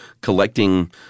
collecting